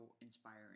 inspiring